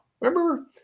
Remember